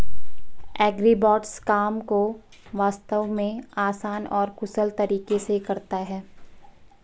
agribots काम को वास्तव में आसान और कुशल तरीके से करता है